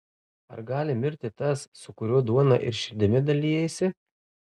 ar gali mirti tas su kuriuo duona ir širdimi dalijaisi